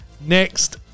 Next